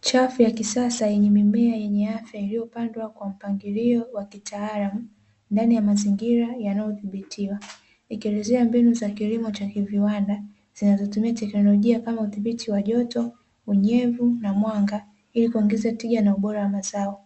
Chafu ya kisasa yenye mimea yenye afya iliyo pandwa kwa mpangilio wa kitaalamu ndani ya mazingira yanayo dhibititwa, ikielezea mbinu za kilimo cha kiviwanda zinazo tumia teknolojia kama udhibiti wa joto, unyevu na mwanga ili kuongeza tija na ubora wa mazao.